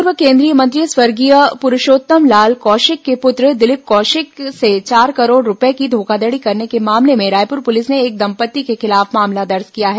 पूर्व केंद्रीय मंत्री स्वर्गीय पुरूषोत्तम लाल कौशिक के पुत्र दिलीप कौशिक से चार करोड रूपये की धोखाधड़ी करने के मामले में रायपुर पुलिस ने एक दंपत्ति के खिलाफ मामला दर्ज किया है